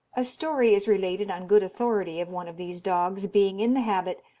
a story is related on good authority of one of these dogs being in the habit,